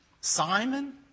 Simon